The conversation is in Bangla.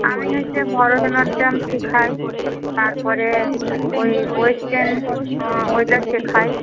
আমি হচ্ছে ভরতনাট্যম শেখাই তারপরে ওই ওয়েস্টার্ন ওইটা শেখাই